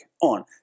on